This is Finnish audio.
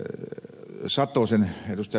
muun muassa ed